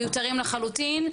מיותרים לחלוטין,